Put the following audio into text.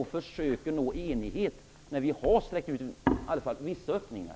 Vi har sträckt ut en hand som i varje fall kan ge vissa öppningar.